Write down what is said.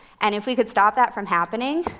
and if we could stop that from happening,